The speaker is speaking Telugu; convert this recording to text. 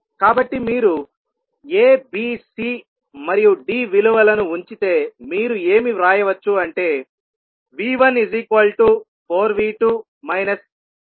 కాబట్టి మీరు A B C మరియు D విలువలను ఉంచితే మీరు ఏమి వ్రాయవచ్చు అంటే V14V2 20I2 I10